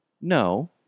No